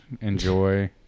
enjoy